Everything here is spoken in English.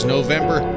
November